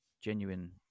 genuine